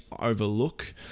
overlook